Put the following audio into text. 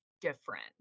different